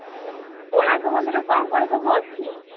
ଆଜ୍ଞା କୋଣାର୍କ ମନ୍ଦିରରେ କ'ଣ କ'ଣ ସବୁ ଅଛି